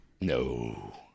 No